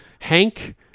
Hank